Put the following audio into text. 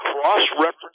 Cross-reference